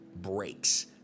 breaks